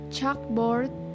Chalkboard